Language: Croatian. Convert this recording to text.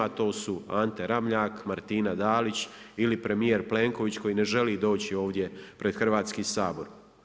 To su Ante Ramljak, Martina Dalić ili premijer Plenković koji ne želi doći ovdje pred Hrvatski sabor.